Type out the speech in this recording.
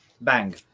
Bang